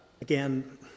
Again